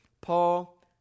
Paul